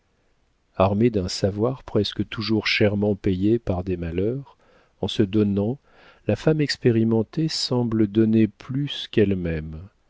armée d'un savoir presque toujours chèrement payé par des malheurs en se donnant la femme expérimentée semble donner plus qu'elle-même